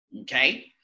okay